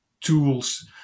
tools